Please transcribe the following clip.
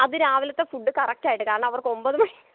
അത് രാവിലത്തെ ഫുഡ്ഡ് കറക്റ്റായിട്ട് കാരണം അവർക്ക് ഒമ്പത് മണി